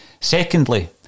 Secondly